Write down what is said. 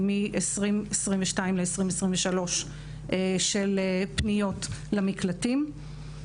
מ-2022 ל-2023 של פניות למקלטים.